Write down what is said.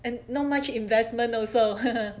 and not much investment also